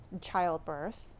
childbirth